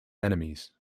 enemies